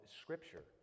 scripture